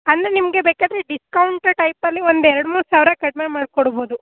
ಅಂದರೆ ನಿಮಗೆ ಬೇಕಾದರೆ ಡಿಸ್ಕೌಂಟ್ ಟೈಪಲ್ಲಿ ಒಂದು ಎರಡು ಮೂರು ಸಾವಿರ ಕಡಿಮೆ ಮಾಡಿಕೊಡ್ಬೋದು